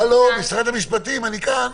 הלו, משרד המשפטים, אני כאן.